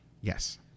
Yes